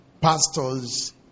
pastors